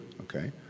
Okay